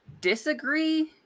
disagree